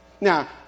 Now